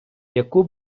яку